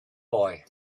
boy